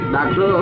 Doctor